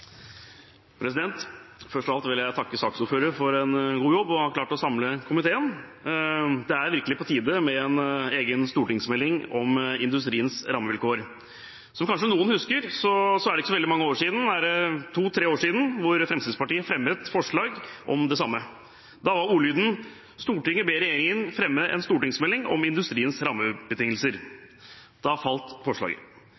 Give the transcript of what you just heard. Først av alt vil jeg takke saksordføreren for en god jobb. Han har klart å samle komiteen. Det er virkelig på tide med en egen stortingsmelding om industriens rammevilkår. Som kanskje noen husker, er det ikke så veldig mange år siden – to–tre år – at Fremskrittspartiet fremmet forslag om det samme. Da var ordlyden: «Stortinget ber regjeringen fremme en stortingsmelding om industriens rammebetingelser.» Da falt forslaget.